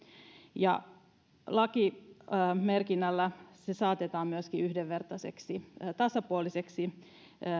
ja lakimerkinnällä se saatetaan myöskin yhdenvertaiseksi tasapuoliseksi